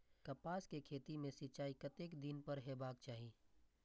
कपास के खेती में सिंचाई कतेक दिन पर हेबाक चाही?